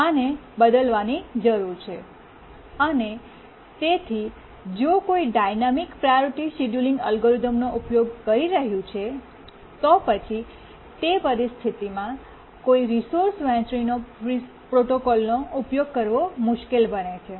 આને બદલવાની જરૂર છે અને તેથી જો કોઈ ડાયનામિક પ્રાયોરિટી શેડ્યૂલિંગ એલ્ગોરિધમનો ઉપયોગ કરી રહ્યું છે તો પછી તે પરિસ્થિતિમાં કોઈ રિસોર્સ વહેંચણી પ્રોટોકોલનો ઉપયોગ કરવો મુશ્કેલ બને છે